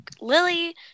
Lily